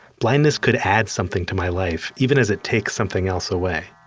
blindness could add something to my life, even as it takes something else away.